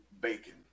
bacon